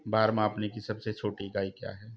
भार मापने की सबसे छोटी इकाई क्या है?